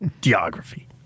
Geography